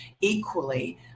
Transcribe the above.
equally